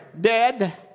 dead